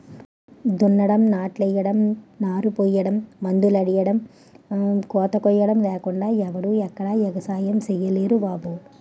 దున్నడం, నాట్లెయ్యడం, నారుపొయ్యడం, మందులెయ్యడం, కోతకొయ్యడం లేకుండా ఎవడూ ఎక్కడా ఎగసాయం సెయ్యలేరు బాబూ